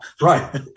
Right